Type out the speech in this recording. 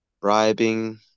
bribing